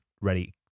ready